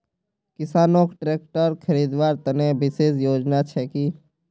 किसानोक ट्रेक्टर खरीदवार तने विशेष योजना छे कि?